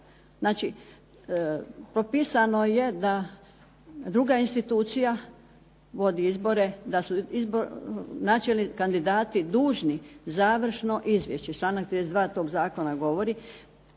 Znači, propisano je da druga institucija vodi izbore, da su načelni kandidati dužni završno izvješće, članak 32. tog zakona govori,